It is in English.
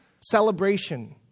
celebration